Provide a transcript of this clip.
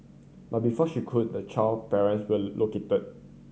but before she could the child parent were located